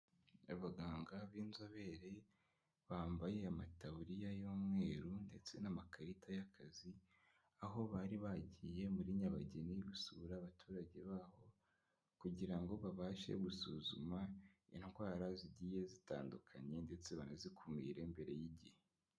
Abaganga b'inzobere, bambaye amataburiya y'umweru ndetse n'amakarita y'akazi, aho bari bagiye muri Nyabageni gusura abaturage baho kugira ngo babashe gusuzuma indwara zigiye zitandukanye ndetse banazikumire mbere y'igihe.